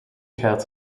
gaat